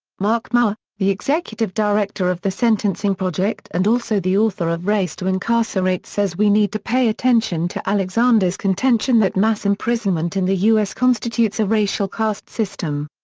marc mauer, the executive director of the sentencing project and also the author of race to incarcerate says we need to pay attention to alexander's contention that mass imprisonment in the u s. constitutes a racial caste system.